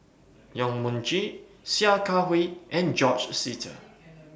Yong Mun Chee Sia Kah Hui and George Sita